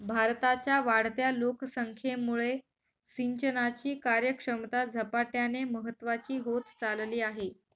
भारताच्या वाढत्या लोकसंख्येमुळे सिंचनाची कार्यक्षमता झपाट्याने महत्वाची होत चालली आहे